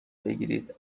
بگیرید